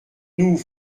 nous